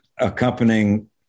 accompanying